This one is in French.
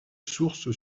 source